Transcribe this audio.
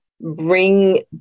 bring